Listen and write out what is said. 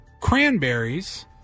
cranberries